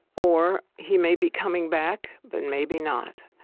or he may be coming back, but maybe not.